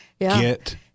Get